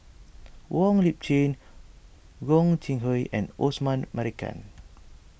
Wong Lip Chin Gog Sing Hooi and Osman Merican